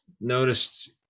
noticed